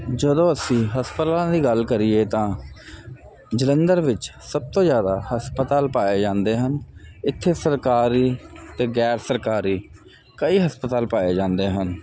ਜਦੋਂ ਅਸੀਂ ਹਸਪਤਾਲਾਂ ਦੀ ਗੱਲ ਕਰੀਏ ਤਾਂ ਜਲੰਧਰ ਵਿੱਚ ਸਭ ਤੋਂ ਜ਼ਿਆਦਾ ਹਸਪਤਾਲ ਪਾਏ ਜਾਂਦੇ ਹਨ ਇੱਥੇ ਸਰਕਾਰੀ ਅਤੇ ਗੈਰ ਸਰਕਾਰੀ ਕਈ ਹਸਪਤਾਲ ਪਾਏ ਜਾਂਦੇ ਹਨ